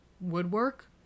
Woodwork